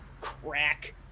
Crack